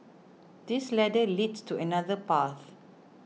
this ladder leads to another path